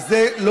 איזה אפרטהייד,